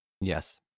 Yes